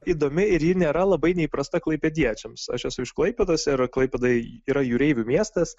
įdomi ir ji nėra labai neįprasta klaipėdiečiams aš esu iš klaipėdos ir klaipėda yra jūreivių miestas